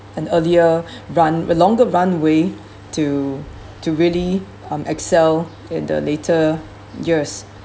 an earlier run a longer runway to to really um excel in the later years